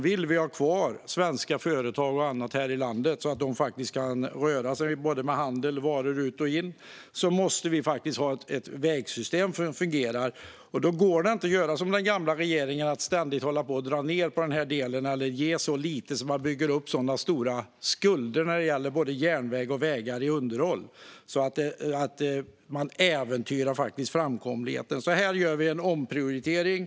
Vill vi ha kvar svenska företag och annat här i landet, så att de faktiskt kan bedriva handel och transportera varor, måste vi ha ett vägsystem som fungerar. Då går det inte att göra som den gamla regeringen och ständigt dra ned på denna del eller göra så lite att det byggs upp så stora skulder när det gäller underhåll på både järnvägar och vägar att man faktiskt äventyrar framkomligheten. Här gör vi alltså en omprioritering.